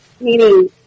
meaning